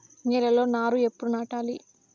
నేలలో నారు ఎప్పుడు నాటాలి?